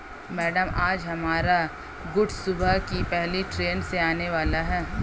madam आज हमारा goods सुबह की पहली ट्रैन से आने वाला है